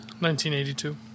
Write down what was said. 1982